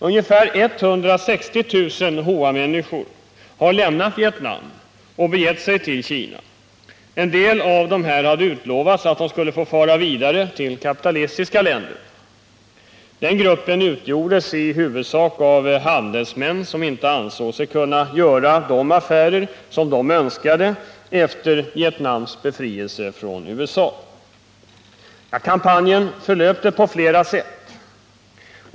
Ungefär 160 000 Hoa har lämnat Vietnam och begett sig till Kina. En del av dessa hade utlovats att de skulle få fara vidare till kapitalistiska länder. Den gruppen utgjordes i huvudsak av handelsmän, som inte ansåg sig kunna göra de affärer som de önskade efter Vietnams befrielse från USA. Kampanjen förlöpte på flera sätt.